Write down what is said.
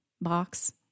box